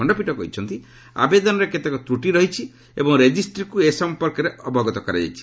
ଖଣ୍ଡପୀଠ କହିଛନ୍ତି ଆବେଦନରେ କେତେକ ତ୍ରଟି ରହିଛି ଏବଂ ରେଜିଷ୍ଟ୍ରିକ୍ ଏ ସମ୍ପର୍କରେ ଅବଗତ କରାଯାଇଛି